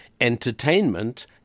entertainment